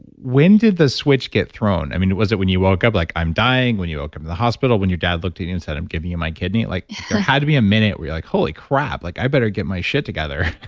when did the switch get thrown? i mean, was it when you woke up, like, i'm dying, when you woke up in the hospital, when your dad looked at you and said, i'm giving you my kidney? there had to be a minute where you're like, holy crap, like i better get my shit together.